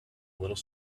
little